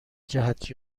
جهت